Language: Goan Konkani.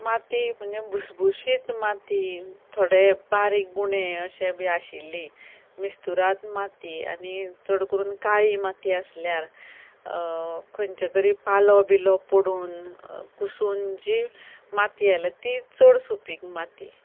माती म्हणजे भुसभुशीत माती थोडे बारीक गुणे अशे बी आशिल्ली मिस्तुराद माती आनी चड करून काळी माती आसल्यार खंयच्या तरी पालो बिलो पडून कुसून जी माती आयल्या ती चड सुपीक माती